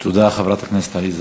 תודה, חברת הכנסת עליזה